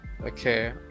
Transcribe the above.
okay